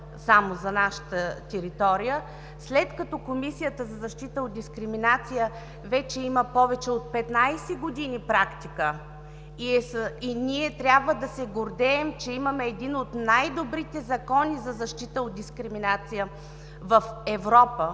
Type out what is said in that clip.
само за нашата територия, след като вече има повече от 15 години практика, ние трябва да се гордеем, че имаме един от най добрите закони за защита от дискриминация в Европа